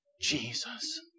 Jesus